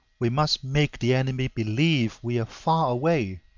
we must make the enemy believe we are far away